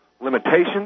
limitations